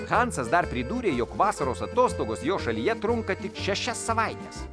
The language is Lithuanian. hansas dar pridūrė jog vasaros atostogos jo šalyje trunka tik šešias savaites